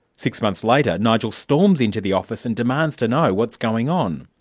six months later, nigel storms into the office and demands to know what's going on.